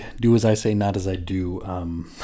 do-as-I-say-not-as-I-do